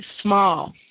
small